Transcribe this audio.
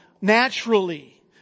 naturally